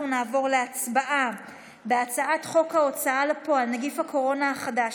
נעבור להצבעה על הצעת חוק ההוצאה לפועל (נגיף הקורונה החדש,